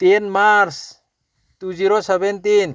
ten March two zero seventeen